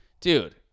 Dude